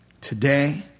today